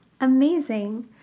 Amazing